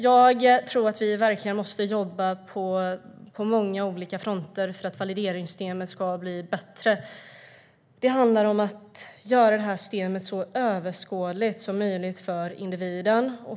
Jag tror att vi verkligen måste jobba på många olika fronter för att valideringssystemet ska bli bättre. Det handlar om att göra det här systemet så överskådligt som möjligt för individen.